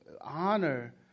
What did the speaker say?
honor